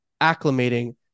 acclimating